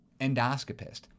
endoscopist